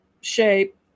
shape